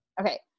Okay